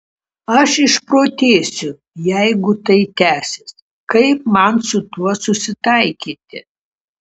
aš išprotėsiu jeigu tai tęsis kaip man su tuo susitaikyti